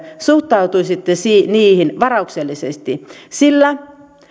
suhtautuisitte niihin varauksellisesti sillä